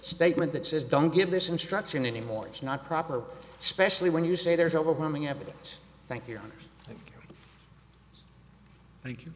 statement that says don't give this instruction anymore it's not proper specially when you say there is overwhelming evidence thank you you thank